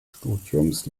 studiums